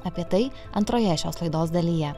apie tai antroje šios laidos dalyje